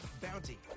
Bounty